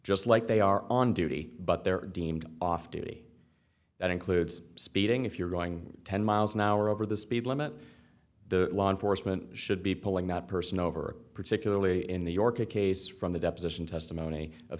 just like they are on duty but they're deemed off duty that includes speeding if you're going ten miles an hour over the speed limit the law enforcement should be pulling that person over particularly in the orca case from the deposition testimony of